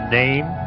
name